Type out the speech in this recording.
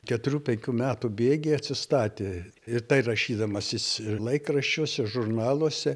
keturių penkių metų bėgy atsistatė ir tai rašydamasis jis ir laikraščiuose žurnaluose